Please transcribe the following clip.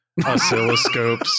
oscilloscopes